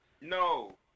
No